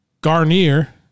Garnier